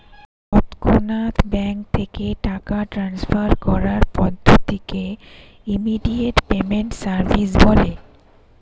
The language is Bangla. তৎক্ষণাৎ ব্যাঙ্ক থেকে টাকা ট্রান্সফার করার পদ্ধতিকে ইমিডিয়েট পেমেন্ট সার্ভিস বলে